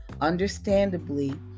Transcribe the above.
Understandably